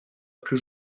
plus